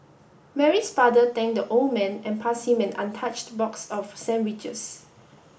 Mary's father thanked the old man and passed him an untouched box of sandwiches